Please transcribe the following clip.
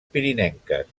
pirinenques